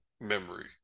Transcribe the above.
memory